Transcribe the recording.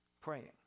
praying